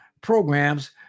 programs